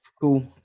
cool